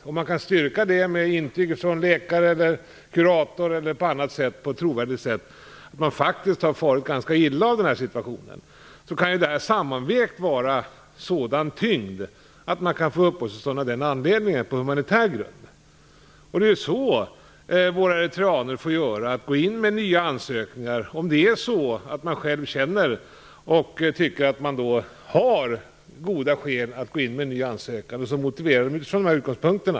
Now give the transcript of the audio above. Om man med intyg från läkare eller kurator eller på annat trovärdigt sätt kan styrka att man faktiskt har farit ganska illa av situationen kan det, sammanvägt med annat, vara av sådan tyngd att man kan få uppehållstillstånd av den anledningen - på humanitär grund. Det är så våra eritreaner får göra. De får gå in med nya ansökningar om de själva tycker att de har goda skäl till det. De får motivera ansökan utifrån dessa utgångspunkter.